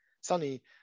sunny